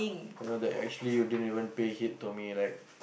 you know that actually you didn't even pay hit to me right